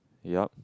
yeap